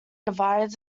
divides